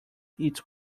its